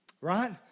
Right